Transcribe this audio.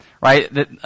Right